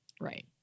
Right